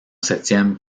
septième